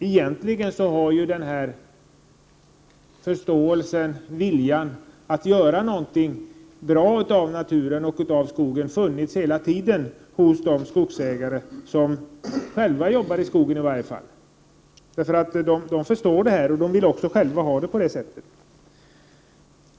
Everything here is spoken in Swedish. Egentligen har förståelsen och viljan att göra någonting bra av naturen och av skogen funnits hela tiden, i varje fall hos de skogsägare som själva jobbar i skogen. De förstår att det är viktigt med utbildning och vill också att sådan skall anordnas.